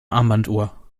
armbanduhr